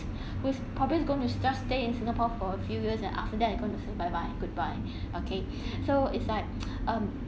who's probably is going to just stay in singapore for a few years and after that and going to say bye bye goodbye okay so it's like um